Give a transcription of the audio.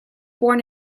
born